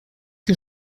que